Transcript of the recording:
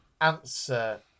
answer